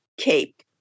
cape